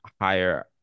higher